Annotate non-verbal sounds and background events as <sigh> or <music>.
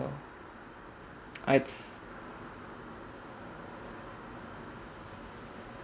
<noise> I'd say